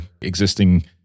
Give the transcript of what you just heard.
existing